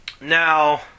Now